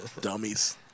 Dummies